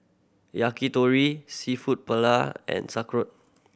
Yakitori Seafood Paella and